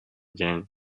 dzień